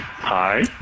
Hi